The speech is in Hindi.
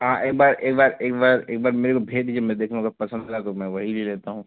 हाँ एक बार एक बार एक बार एक बार मेरे को भेज दीजिए मैं देख लूँगा पसंद होगा तो मैं वही ले लेता हूँ